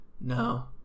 No